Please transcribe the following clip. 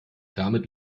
damit